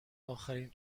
اخرین